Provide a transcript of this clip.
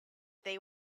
they